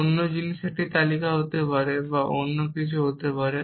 অন্য জিনিস একটি তালিকা হতে পারে অন্য কিছু হতে পারে